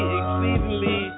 exceedingly